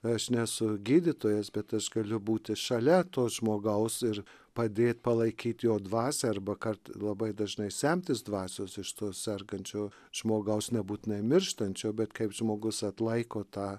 aš nesu gydytojas bet aš galiu būti šalia to žmogaus ir padėt palaikyt jo dvasią arba kart labai dažnai semtis dvasios iš to sergančio žmogaus nebūtinai mirštančio bet kaip žmogus atlaiko tą